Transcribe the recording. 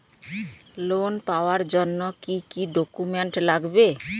Loan পাওয়ার জন্যে কি কি ডকুমেন্ট লাগবে?